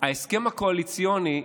ההסכם הקואליציוני,